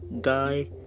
guy